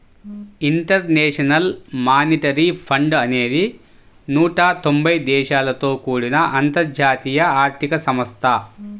international monetary fund అనేది నూట తొంబై దేశాలతో కూడిన అంతర్జాతీయ ఆర్థిక సంస్థ